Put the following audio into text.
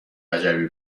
وجبی